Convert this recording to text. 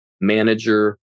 manager